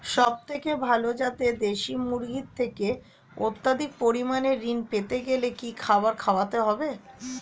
সবথেকে ভালো যাতে দেশি মুরগির থেকে অত্যাধিক পরিমাণে ঋণ পেতে গেলে কি খাবার খাওয়াতে হবে?